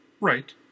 Right